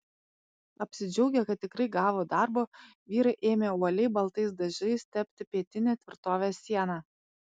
apsidžiaugę kad tikrai gavo darbo vyrai ėmė uoliai baltais dažais tepti pietinę tvirtovės sieną